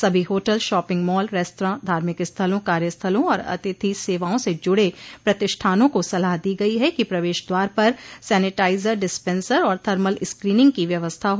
सभी hotel shopping mall restaurant धार्मिक स्थलों कार्यस्थलों और अतिथि सेवाओं से जड़े प्रतिष्ठानों को सलाह दी गई है कि प्रवेश द्वार पर सैनेटाइजर डिस्पेंसर और थर्मल स्क्रिनिंग की व्यवस्था हो